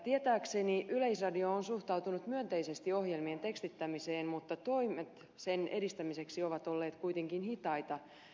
tietääkseni yleisradio on suhtautunut myönteisesti ohjelmien tekstittämiseen mutta toimet sen edistämiseksi ovat olleet kuitenkin hitaita